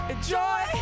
Enjoy